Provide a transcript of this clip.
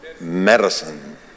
Medicine